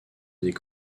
des